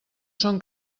són